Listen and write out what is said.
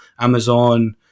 Amazon